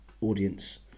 audience